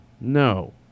no